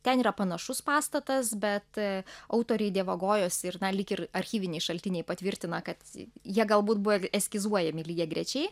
ten yra panašus pastatas bet autoriai dievagojosi ir na lyg ir archyviniai šaltiniai patvirtina kad jie galbūt buvo eskizuojami lygiagrečiai